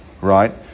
Right